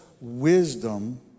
wisdom